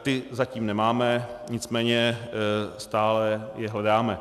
Ty zatím nemáme, nicméně stále je hledáme.